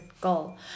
goal